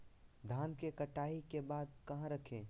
धान के कटाई के बाद कहा रखें?